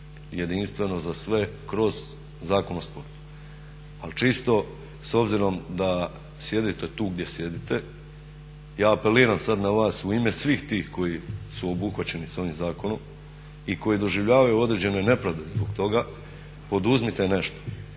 jedinstveno za sve kroz Zakon o sportu. Ali čisto s obzirom da sjedite tu gdje sjedite ja apeliram sad na vas u ime svih tih koji su obuhvaćeni ovim zakonom i koji doživljavaju određene nepravde zbog toga, poduzmite nešto